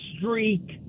streak